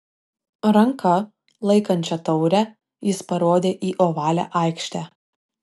ranka laikančia taurę jis parodė į ovalią aikštę